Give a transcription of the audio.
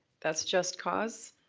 that's just cause?